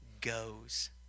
goes